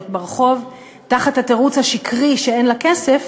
ברחוב תחת התירוץ השקרי שאין לה כסף,